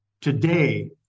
today